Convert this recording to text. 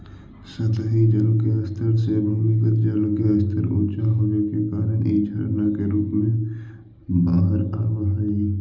सतही जल के स्तर से भूमिगत जल के स्तर ऊँचा होवे के कारण इ झरना के रूप में बाहर आवऽ हई